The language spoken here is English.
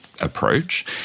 approach